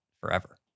forever